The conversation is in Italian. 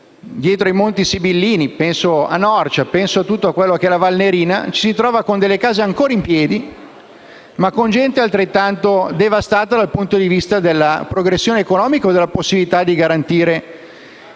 dietro i Monti Sibillini (penso a Norcia e alla Valnerina), ci si trova con case ancora in piedi, seppur con gente altrettanto devastata dal punto di vista della progressione economica o della possibilità di garantire